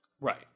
Right